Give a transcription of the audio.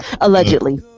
allegedly